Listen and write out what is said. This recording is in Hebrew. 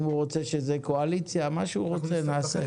אם הוא רוצה שזה קואליציה, מה שהוא רוצה נעשה.